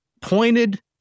pointed